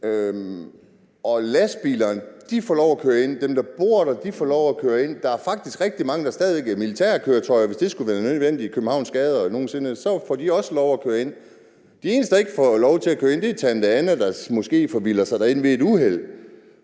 Lastbilerne får lov at køre ind. Dem, der bor der, får lov at køre ind. Der er faktisk rigtig mange, der stadig væk får lov at køre ind. Hvis militærkøretøjer nogen sinde skulle være nødvendige i Københavns gader, får de også lov at køre ind. De eneste, der ikke får lov at køre ind, er tante Anna, der måske forvilder sig derind ved et uheld.